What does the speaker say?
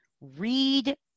read